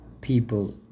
people